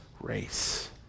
race